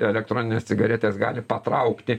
elektroninės cigaretės gali patraukti